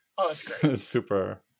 super